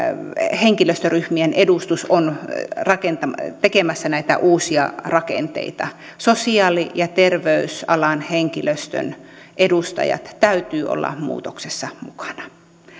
henkilöstöryhmien edustus on tekemässä näitä uusia rakenteita sosiaali ja terveysalan henkilöstön edustajien täytyy olla muutoksessa mukana